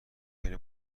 خیلی